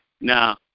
Now